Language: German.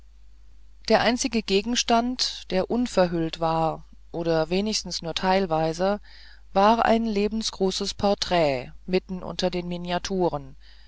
der einzige gegenstand der unverhüllt war oder wenigstens nur teilweise war ein lebensgroßes porträt mitten unter den miniaturen